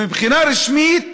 מבחינה רשמית,